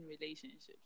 relationships